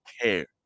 Care